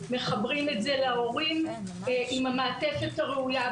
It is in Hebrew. מחברים את זה להורים עם המעטפת הראויה.